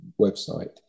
website